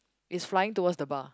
is flying towards the bar